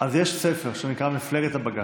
אז יש ספר שנקרא "מפלגת הבג"ץ".